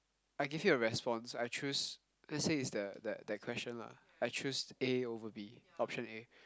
I give you a response I choose let's say it's the the that question lah I choose A over B option A